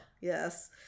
Yes